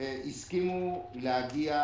הסכימו להגיע